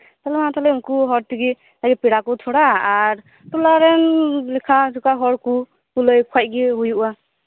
ᱟᱫᱚ ᱦᱟᱜ ᱛᱟᱦᱚᱞᱮ ᱩᱱᱠᱩ ᱦᱚᱲ ᱛᱮᱜᱤ ᱡᱟᱜᱤ ᱯᱮᱲᱟᱠᱩ ᱛᱷᱚᱲᱟ ᱟᱨ ᱴᱚᱞᱟᱨᱮᱱ ᱞᱮᱠᱷᱟ ᱡᱚᱠᱷᱟ ᱦᱚᱲᱠᱩ ᱠᱩ ᱞᱟᱹᱭᱟᱠᱩ ᱠᱷᱟᱡᱜᱤ ᱦᱩᱭᱩᱜ ᱟ